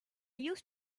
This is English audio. used